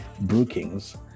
Brookings